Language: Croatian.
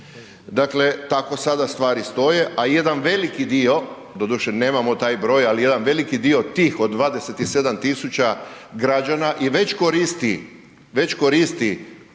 Dakle tako sada stvari stoje a jedan veliki dio, doduše nemamo taj broj ali jedan veliki dio tih od 27 000 građana već koristi socijalne